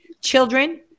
children